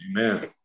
Amen